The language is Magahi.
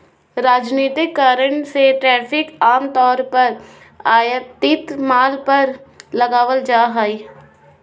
राजनीतिक कारण से टैरिफ आम तौर पर आयातित माल पर लगाल जा हइ